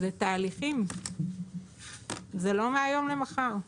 זה תהליכים, זה לא מהיום למחר.